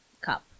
cup